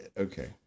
Okay